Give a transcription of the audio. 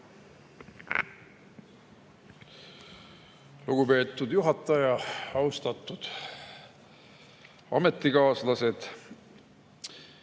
Lugupeetud juhataja! Austatud ametikaaslased!